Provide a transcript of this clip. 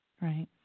right